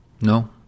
No